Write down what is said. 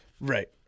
Right